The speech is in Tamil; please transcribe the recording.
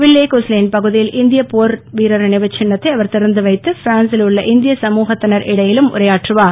வில்லே குஸ்லேன் பகுதியில் இந்திய போர் வீரர் நினைவுச் சின்னத்தை அவர் திறந்துவைத்து பிரான்சில் உள்ள இந்திய சமூகத்தினரிடையிலும் உரையாற்றுவார்